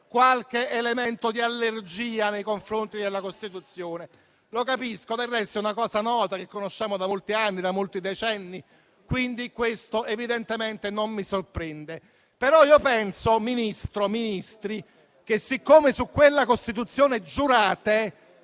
qualche elemento di allergia nei confronti della Costituzione; lo capisco, del resto è una cosa nota che sappiamo da molti anni e da molti decenni. Questo evidentemente non mi sorprende. Tuttavia penso, signori Ministri, che siccome su quella Costituzione giurate,